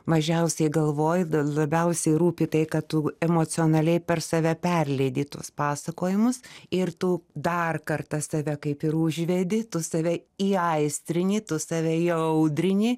mažiausiai galvoju labiausiai rūpi tai ką tu emocionaliai per save perleidi tuos pasakojimus ir tu dar kartą save kaip ir užvedi tu save įaistrini tu save įaudrini